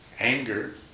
Anger